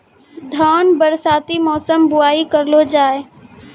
धान बरसाती मौसम बुवाई करलो जा?